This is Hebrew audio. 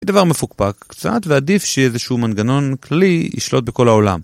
דבר מפוקפק קצת, ועדיף שיש איזשהו מנגנון כלי ישלוט בכל העולם.